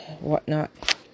whatnot